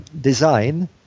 design